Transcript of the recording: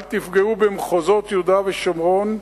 אל תפגעו במחוזות יהודה ושומרון,